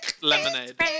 lemonade